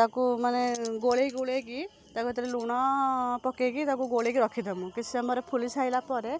ତାକୁ ମାନେ ଗୋଳାଇ ଗୋଳାଇକି ତାକୁ ଯେତେବେଳେ ଲୁଣ ପକାଇକି ତାକୁ ଗୋଳାଇକି ରଖିଦେବୁ କିଛି ସମୟ ପରେ ଫୁଲି ସାରିଲା ପରେ